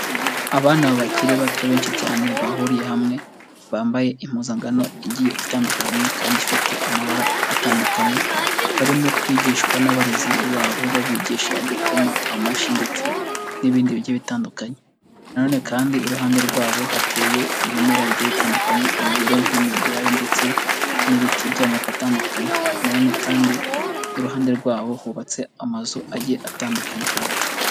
Abana bakiri bato benshi cyane bahuriye hamwe bambaye impuzankano igiye itandukanye kandi ifite amabara atandukanye, barimo kwigishwa n'abarezi babo babigisha gukoma amashyi ndetse n'ibindi bigiye bitandukanye, nanone kandi iruhande rwabo hateye ibimera bi bitandukanye urugero nk'imibyare ndetse n'ibiti by'amoko atandukanye, na nonene kandi iruhande rwabo hubatse amazu agiye atandukanye.